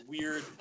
weird